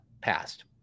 passed